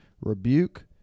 Rebuke